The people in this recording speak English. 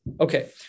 Okay